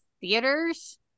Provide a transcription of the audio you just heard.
theaters